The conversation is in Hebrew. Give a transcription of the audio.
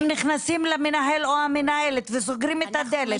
הם נכנסים למנהל או המנהלת, והם סוגרים את הדלת.